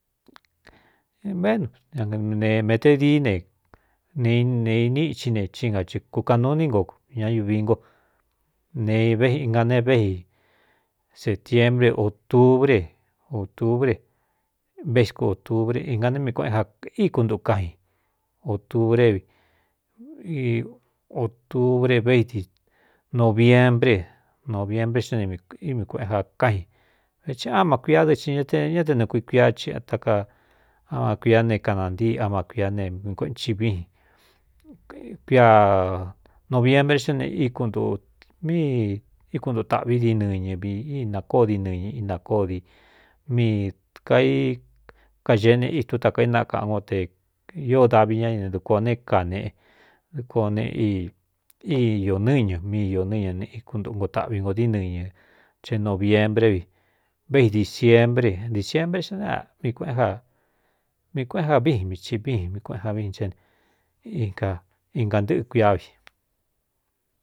Véꞌnu ne mete dií ne ne ne iníxín ne cí nga ci kukaꞌan nuu iní nkoña ñuvi ngo nevéꞌi inga ne véi setiembre ōtubré ōtubre veꞌiku otubré inga né mi kueꞌen ja íkuntu kajin ōtubré v otubre vti noviembre noviembré xíá ními kueꞌen ja káꞌin vethi á má kuiádɨ xi ña te ñá te nɨɨ kui kuiá ci ta ka ama cuiá ne kanāntíi amá cuiá ne mi kuꞌen ci viin ki noviembre xíá ne íknu míi íkuntuutaꞌví dií nɨñɨ vi ínakóó di nɨñɨ inakó di mii kai kagee neꞌ itú taka inakāꞌan ngo te iō davi ñá ɨ ne dukuā nē kaneꞌe dkua ne íiō nɨñɨ míi iō nɨñɨ íkuntunko taꞌvi ngō di nɨñɨ ce nōviembré vi véi disiebre disiebre xá ꞌn ja mi kuēꞌen ja víin mi i víin mi kueꞌen ja viin ché ne ia inga ntɨ́ꞌɨ kuiá vi.